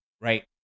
right